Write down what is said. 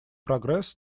прогресс